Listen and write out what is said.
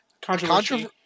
controversy